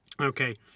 Okay